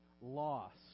lost